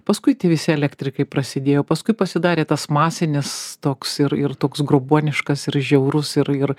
paskui visi elektrikai prasidėjo paskui pasidarė tas masinis toks ir ir toks grobuoniškas ir žiaurus ir ir